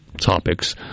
topics